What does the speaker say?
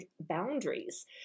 boundaries